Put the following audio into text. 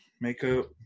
Makeup